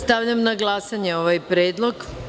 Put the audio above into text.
Stavljam na glasanje ovaj predlog.